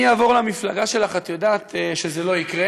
אני אעבור למפלגה שלך, את יודעת שזה לא יקרה.